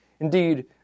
Indeed